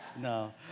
No